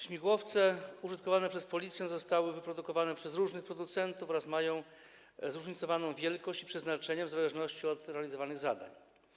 Śmigłowce użytkowane przez Policję zostały wyprodukowane przez różnych producentów oraz mają zróżnicowane wielkość i przeznaczenie, w zależności od realizowanych zadań.